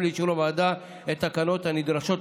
לאישור הוועדה את התקנות הנדרשות לכך.